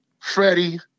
Freddie